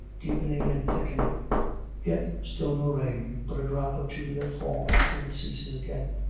deepening and thicken ing yet still no rain, but a drop or two that falls and ceases again.